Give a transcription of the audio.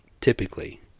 Typically